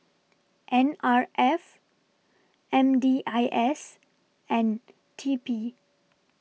N R F M D I S and T P